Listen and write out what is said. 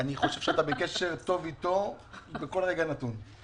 אני חושב שאתה בקשר טוב איתו בכל רגע נתון.